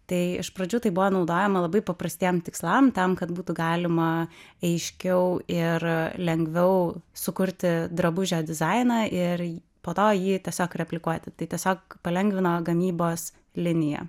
tai iš pradžių tai buvo naudojama labai paprastiem tikslams tam kad būtų galima aiškiau ir lengviau sukurti drabužio dizainą ir po to jį tiesiog replikuoti tai tiesiog palengvino gamybos liniją